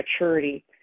maturity